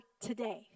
today